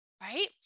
right